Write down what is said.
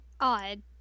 odd